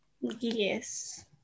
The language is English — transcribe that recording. Yes